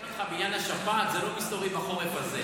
בוא אני רק אתקן אותך בעניין השפעת: זה לא מסתורי בחורף הזה.